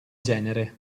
genere